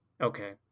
okay